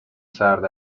سرد